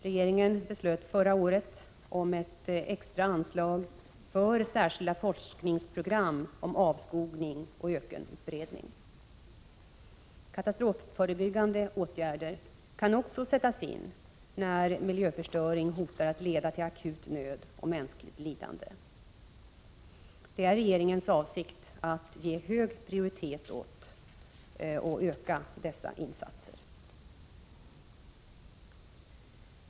Regeringen beslöt förra året om ett extra anslag för särskilda forskningsprogram avseende avskogning och ökenutbredning. Katastrofförebyggande åtgärder kan också sättas in när miljöförstöring hotar att leda till akut nöd och mänskligt lidande. Det är regeringens avsikt att ge hög prioritet åt och öka dessa insatser.